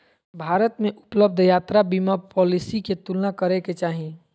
भारत में उपलब्ध यात्रा बीमा पॉलिसी के तुलना करे के चाही